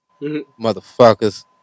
motherfuckers